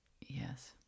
Yes